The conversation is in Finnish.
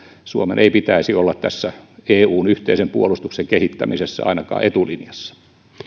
suomen ei pitäisi olla tässä eun yhteisen puolustuksen kehittämisessä ainakaan etulinjassa